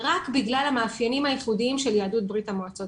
רק בגלל המאפיינים הייחודים של יהדות בריה"מ .